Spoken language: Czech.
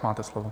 Máte slovo.